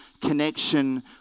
connection